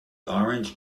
orange